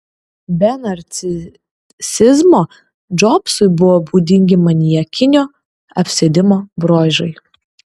be narcisizmo džobsui buvo būdingi maniakinio apsėdimo bruožai